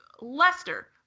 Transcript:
Lester